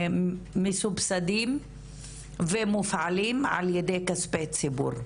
ומסובסדים ומופעלים על-ידי כספי ציבור.